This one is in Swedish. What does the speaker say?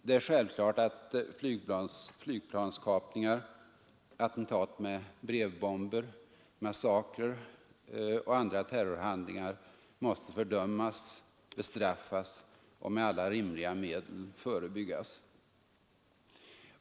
Det är självklart att flygplanskapningar, attentat med brevbomber, massakrer och andra terrorhandlingar måste fördömas, bestraffas och med alla rimliga medel förebyggas.